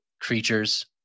creatures